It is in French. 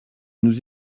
nous